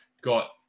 got